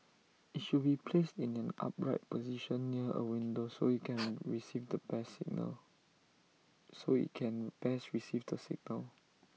IT should be placed in an upright position near A window so IT can receive the best signal so IT can best receive the signal